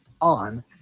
on